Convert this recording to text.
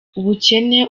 ubukene